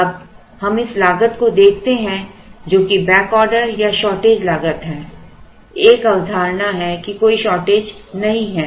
अब हम इस लागत को देखते हैं जो कि बैक ऑर्डर या शॉर्टेज लागत है एक धारणा है कि कोई शॉर्टेज नहीं है